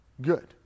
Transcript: good